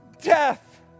death